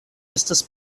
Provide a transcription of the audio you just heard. estas